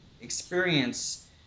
experience